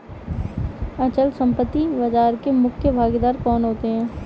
अचल संपत्ति बाजार के मुख्य भागीदार कौन होते हैं?